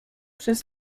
przez